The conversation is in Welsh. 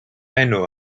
enw